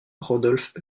rodolphe